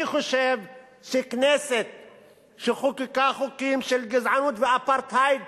אני חושב שכנסת שחוקקה חוקים של גזענות ואפרטהייד,